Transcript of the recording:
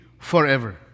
forever